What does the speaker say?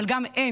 אבל גם הם,